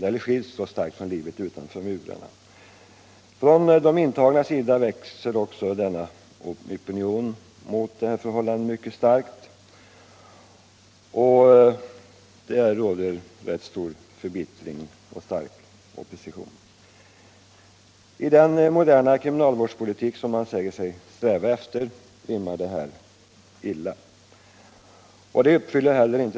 Bland de intagna väcker den tidiga inlåsningen förbittring och stark opposition. Den rimmar illa med målsättningen för den moderna kriminalvårdspolitik som man säger sig sträva efter.